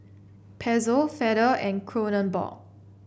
Pezzo Feather and Kronenbourg